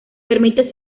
permite